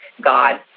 God